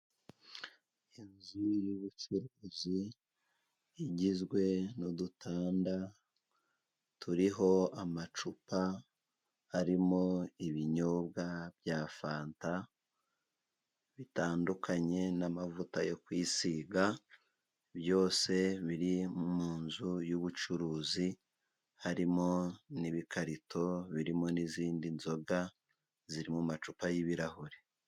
Inzu y'ubucuruzi igizwe n'udutanda turiho amacupa, arimo ibinyobwa bya fanta bitandukanye, n'amavuta yo kwisiga byose biri mu nzu y'ubucuruzi. Harimo n'ibikarito birimo n'izindi nzoga, ziri mu macupa y'ibirahure.